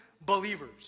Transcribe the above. believers